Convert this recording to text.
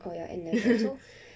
oh ya N level so